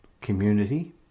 community